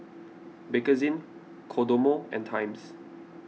Bakerzin Kodomo and Times